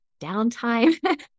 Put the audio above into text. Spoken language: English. downtime